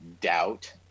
doubt